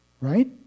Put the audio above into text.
right